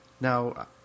now